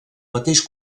mateix